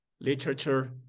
literature